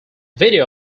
video